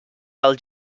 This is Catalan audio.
pel